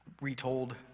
retold